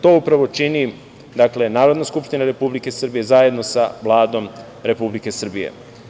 To upravo čini Narodna skupština Republike Srbije, zajedno sa Vladom Republike Srbije.